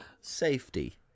safety